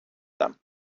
them